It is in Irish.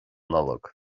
nollag